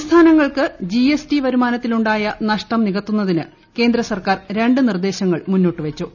സംസ്ഥാനങ്ങൾക്ക് ജിഎസ്ടി വരുമാനത്തിലുണ്ടായ നഷ്ടം നികത്തുന്നതിന് കേന്ദ്ര സർക്കാർ രണ്ട് നിർദ്ദേശങ്ങൾ മുന്നോട്ടു വച്ചു